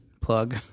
Plug